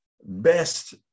best